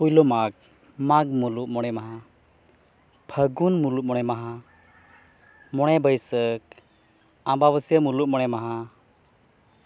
ᱯᱳᱭᱞᱳ ᱢᱟᱜᱽ ᱢᱟᱜᱽ ᱢᱩᱞᱩᱜ ᱢᱚᱬᱮ ᱢᱟᱦᱟ ᱯᱷᱟᱹᱜᱩᱱ ᱢᱩᱞᱩᱜ ᱢᱚᱬᱮ ᱢᱟᱦᱟ ᱢᱚᱬᱮ ᱵᱟᱹᱭᱥᱟᱹᱠᱷ ᱟᱸᱵᱟᱼᱵᱟᱹᱥᱤᱭᱟᱹ ᱢᱩᱞᱩᱜ ᱢᱚᱬᱮ ᱢᱟᱦᱟ